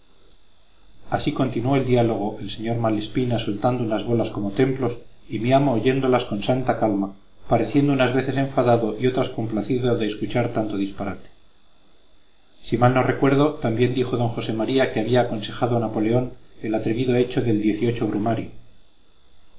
así continuó el diálogo el sr malespina soltando unas bolas como templos y mi amo oyéndolas con santa calma pareciendo unas veces enfadado y otras complacido de escuchar tanto disparate si mal no recuerdo también dijo d josé maría que había aconsejado a napoleón el atrevido hecho del brumario